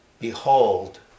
Behold